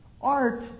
Art